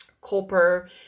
copper